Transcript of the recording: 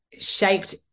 shaped